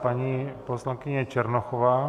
Paní poslankyně Černochová.